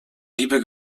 liebe